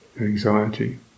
anxiety